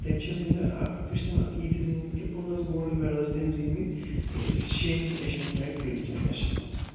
تٔمۍ چھِ زیٖنۍمٕتۍ اَکھتُے چھِ تٔمۍ یِتہِ زیٖنۍمٕتۍ کہِ پانٛژھ گولڈ مٮ۪ڈَل چھِ تٔمۍ زیٖنۍمٕتۍ یہِ شیٚمِس ایشیَن ٹرٛیک فیٖلڈ چَمپینشِپ منٛز